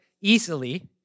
easily